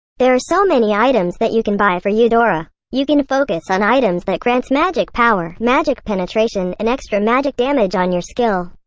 there are so many items that you can buy for eudora. you can focus on items that grants magic power, magic penetration, and extra magic damage on your skill.